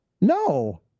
No